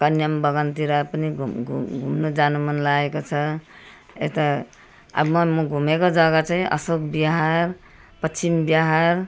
कन्याम बगानतिर पनि घुम्नु घुम्नु जानु मन लागेको छ यता अब म घुमेको जगा चाहिँ अशोक बिहार पश्चिम बिहार